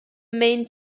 main